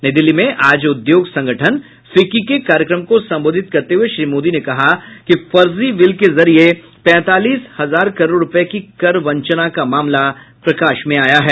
नई दिल्ली में आज उद्योग संगठन फिक्की के कार्यक्रम को संबोधित करते हुये श्री मोदी ने कहा कि फर्जी बिल के जरिये पैंतालीस हजार करोड़ रूपये की कर वंचना का मामला भी प्रकाश में आया है